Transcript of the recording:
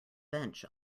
bench